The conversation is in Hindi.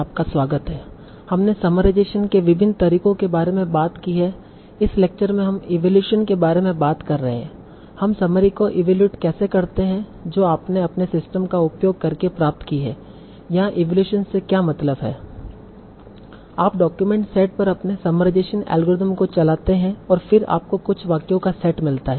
आप डॉक्यूमेंट सेट पर अपने समराइजेशन अल्गोरिथम को चलाते हैं और फिर आपको कुछ वाक्यों का सेट मिलता है